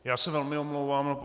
Já se velmi omlouvám.